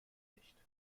nicht